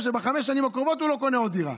שבחמש השנים הקרובות הוא לא קונה עוד דירה.